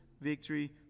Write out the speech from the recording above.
victory